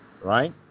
right